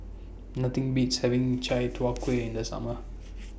Nothing Beats having Chai Tow Kuay in The Summer